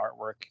artwork